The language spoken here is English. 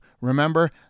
Remember